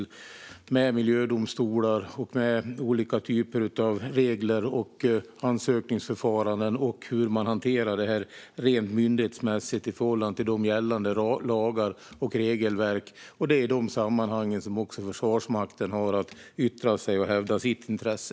Det finns miljödomstolar och olika typer av regler och ansökningsförfaranden som styr hur man hanterar detta rent myndighetsmässigt i förhållande till gällande lagar och regelverk. Det är i de sammanhangen som även Försvarsmakten har att yttra sig och hävda sitt intresse.